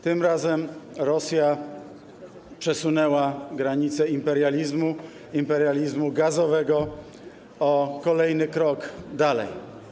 Tym razem Rosja przesunęła granice imperializmu, imperializmu gazowego, o kolejny krok dalej.